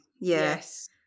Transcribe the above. yes